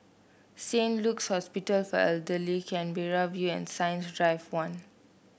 Saint Luke's Hospital for Elderly Canberra View Science Drive One